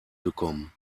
bekommen